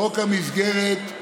חוק המסגרת,